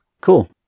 Cool